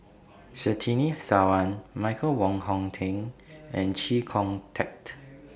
Surtini Sarwan Michael Wong Hong Teng and Chee Kong Tet